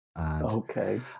Okay